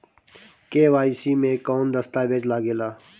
KYC मे कौन दश्तावेज लागेला?